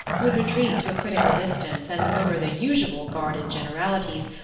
would retreat to a critical distance and murmur the usual guarded generalities,